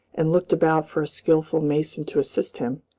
and looked about for a skillful mason to assist him.